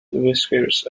whiskers